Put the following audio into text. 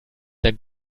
der